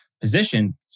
position